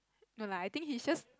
no lah I think he's just